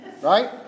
Right